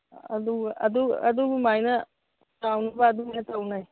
ꯑꯗꯨ ꯑꯗꯨꯃꯥꯏꯅ ꯆꯥꯎꯅꯕ ꯑꯗꯨꯝꯅ ꯇꯧꯅꯩ